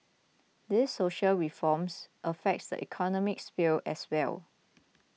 these social reforms affect the economic sphere as well